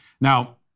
Now